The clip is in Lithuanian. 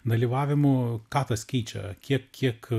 dalyvavimu ką tas keičia kiek kiek